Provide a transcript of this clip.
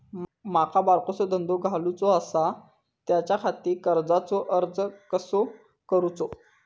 माका बारकोसो धंदो घालुचो आसा त्याच्याखाती कर्जाचो अर्ज कसो करूचो?